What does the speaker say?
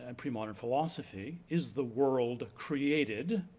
and premodern philosophy, is the world created,